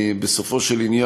בסופו של דבר,